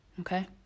okay